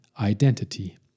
identity